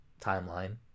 timeline